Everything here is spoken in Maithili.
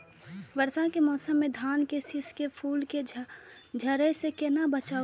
वर्षा के मौसम में धान के शिश के फुल के झड़े से केना बचाव करी?